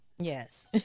Yes